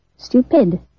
Stupid